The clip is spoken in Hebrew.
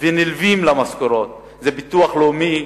ונלווים למשכורות, ביטוח לאומי,